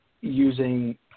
using